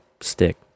stick